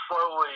slowly